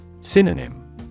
Synonym